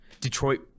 Detroit